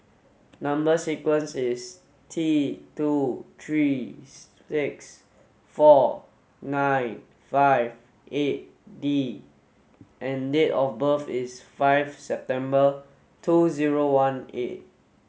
number sequence is T two three six four nine five eight D and date of birth is five September two zero one eight